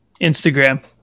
instagram